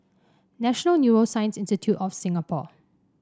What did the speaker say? National Neuroscience Institute of Singapore